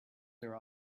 their